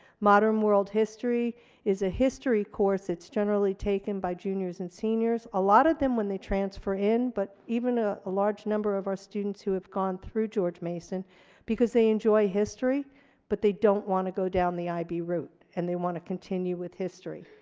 modern world history is a history course. it's generally taken by juniors and seniors, a lot of them when they transfer in, but even a large number of our students who have gone through george mason because they enjoy history but they don't want to go down the ib route and they want to continue with history,